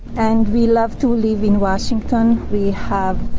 and we love to live in washington, we have